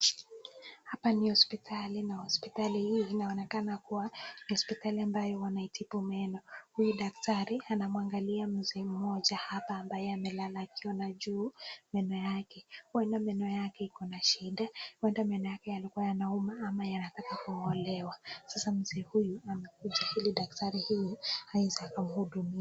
Hapa ni hospitali na hospitali hii inaonekana kuwa ni hospitali ambayo wanaitibu meno. Huyu daktari anamuangalia mzee mmoja hapa, ambaye amelala akiona juu, meno yake. Huenda meno yake iko na shida. Huenda meno yake yalikuwa yanauma ama yanataka kung'olewa. Sasa mzee huyu amekuja, ili daktari huyu aweze akamhudumia.